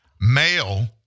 Male